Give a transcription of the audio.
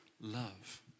love